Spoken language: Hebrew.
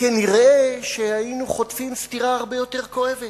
כנראה היינו חוטפים סטירה הרבה יותר כואבת,